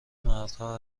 مردها